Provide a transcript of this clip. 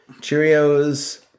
Cheerios